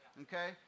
okay